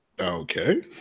Okay